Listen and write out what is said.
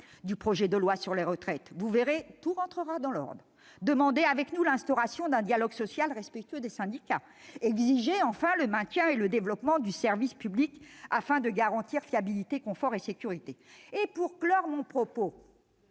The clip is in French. du projet de loi de réforme des retraites. Vous verrez, tout rentrera dans l'ordre ! Demandez avec nous l'instauration d'un dialogue social respectueux des syndicats ! Exigez enfin le maintien et le développement du service public afin de garantir aux usagers fiabilité, confort et sécurité ! En conclusion,